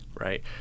right